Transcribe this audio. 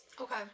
Okay